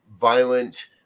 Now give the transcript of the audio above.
violent